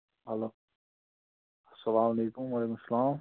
hello اسَلام علیکم وعلیکُم سَلام